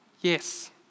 Yes